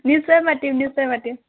নিশ্চয় মাতিম নিশ্চয় মাতিম